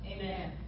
Amen